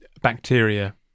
bacteria